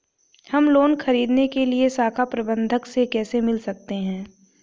हम लोन ख़रीदने के लिए शाखा प्रबंधक से कैसे मिल सकते हैं?